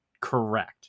correct